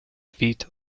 feet